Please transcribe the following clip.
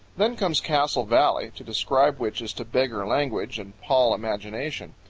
then comes castle valley, to describe which is to beggar language and pall imagination.